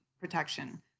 protection